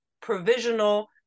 provisional